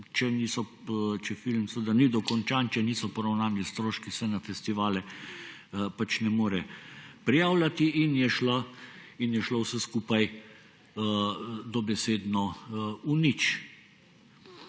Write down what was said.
če film ni dokončan, če niso poravnani stroški, se na festivale pač ne more prijavljati in je šlo vse skupaj dobesedno v nič.